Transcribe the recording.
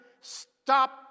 stop